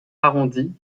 arrondis